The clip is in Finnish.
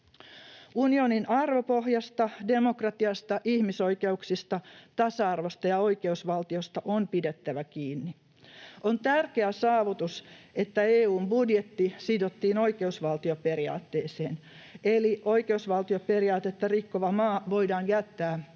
Unionin arvopohjasta — demokratiasta, ihmisoikeuksista, tasa-arvosta ja oikeusvaltiosta — on pidettävä kiinni. On tärkeä saavutus, että EU:n budjetti sidottiin oikeusvaltioperiaatteeseen, eli oikeusvaltioperiaatetta rikkova maa voidaan jättää ilman